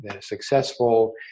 successful